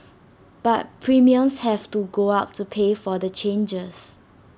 but premiums have to go up to pay for the changes